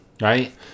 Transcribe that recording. right